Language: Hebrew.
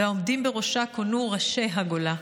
והעומדים בראשה כונו "ראשי הגולה".